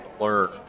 learn